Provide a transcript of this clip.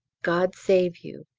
god save you,